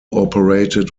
operated